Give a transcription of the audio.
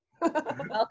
Welcome